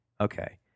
Okay